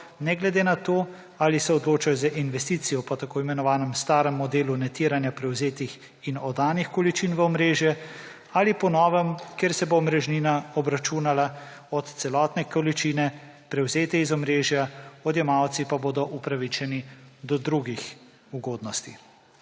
ne glede na to, ali se odločajo za investicijo po tako imenovanem starem modelu netiranja prevzetih in oddanih količin v omrežje ali po novem, kjer se bo omrežnina obračunala od celotne količine, prevzete iz omrežja, odjemalci pa bodo upravičeni do drugih ugodnosti.